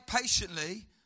patiently